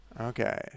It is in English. Okay